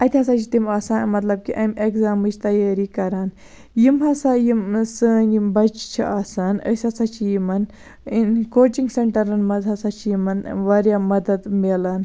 اَتہِ ہَسا چھِ تِم آسان مطلب کہِ امہِ ایٚگزامٕچ تَیٲری کَران یِم ہَسا یِم سٲنٛۍ یِم بَچہِ چھِ آسان أسۍ ہَسا چھِ یِمَن کوچِنٛگ سیٚنٹَرَن مَنٛز ہَسا چھِ یِمَن واریاہ مَدَد میلان